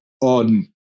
on